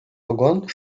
вагон